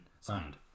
signed